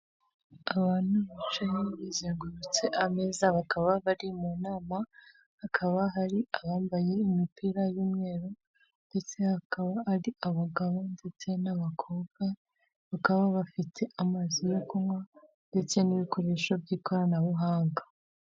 Abantu bicaye bazengurutse ameza, bakaba bari mu nama, hakaba hari abambaye imipira y'umweru ndetse hakaba hari abagabo ndetse n'abakobwa, bakaba bafite amazi yo kunywa ndetse n'ibikoresho by'ikoranabuhanga.